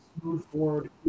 smooth-forward